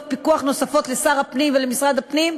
פיקוח נוספות לשר הפנים ולמשרד הפנים,